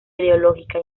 ideológica